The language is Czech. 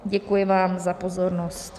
Děkuji vám za pozornost.